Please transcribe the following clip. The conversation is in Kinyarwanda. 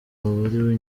baburiwe